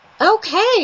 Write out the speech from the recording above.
Okay